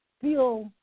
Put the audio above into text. feel